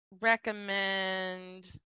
recommend